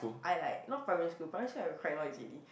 I like not primary school primary school I quite noisy already